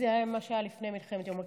זה מה שהיה לפני מלחמת יום הכיפורים,